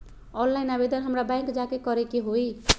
Online आवेदन हमरा bank जाके करे के होई?